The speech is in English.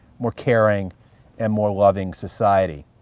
more caring and more loving society.